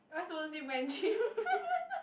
am I supposed to say Mandarin